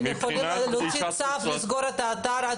אתם יכולים להוציא צו לסגור את האתר כל